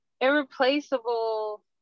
Irreplaceable